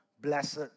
blessed